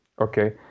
Okay